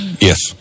Yes